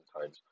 times